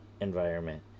environment